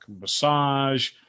massage